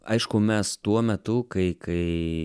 aišku mes tuo metu kai kai